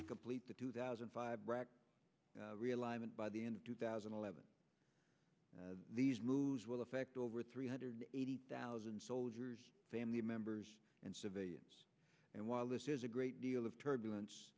to complete the two thousand five hundred by the end of two thousand and eleven these moves will affect over three hundred eighty thousand soldiers family members and civilians and while this is a great deal of turbulence